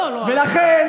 לכן,